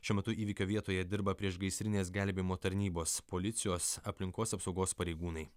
šiuo metu įvykio vietoje dirba priešgaisrinės gelbėjimo tarnybos policijos aplinkos apsaugos pareigūnai